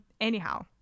anyhow